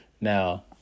Now